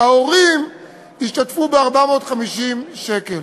ההורים ישתתפו ב-450 שקל.